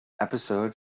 episode